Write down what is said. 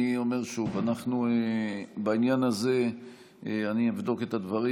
אני אומר שוב: בעניין הזה אני אבדוק את הדברים.